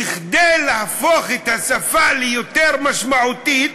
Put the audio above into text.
כדי להפוך את השפה ליותר משמעותית,